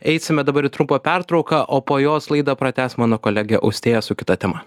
eisime dabar į trumpą pertrauką o po jos laidą pratęs mano kolegė austėja su kita tema